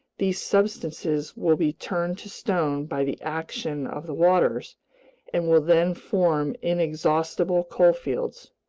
these substances will be turned to stone by the action of the waters and will then form inexhaustible coalfields.